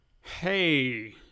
Hey